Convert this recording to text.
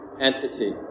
entity